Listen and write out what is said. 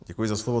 Děkuji za slovo.